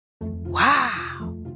Wow